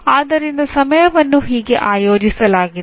ಆದ್ದರಿಂದ ಸಮಯವನ್ನು ಹೀಗೆ ಆಯೋಜಿಸಲಾಗಿದೆ